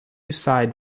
side